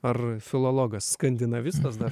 ar filologas skandinavistas dar